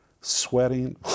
sweating